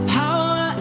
power